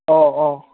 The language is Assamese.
অঁ অঁ